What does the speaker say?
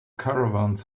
caravans